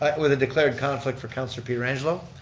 with a declared conflict for councilor pietrangelo.